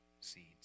seeds